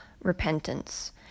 Repentance